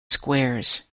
squares